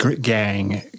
gang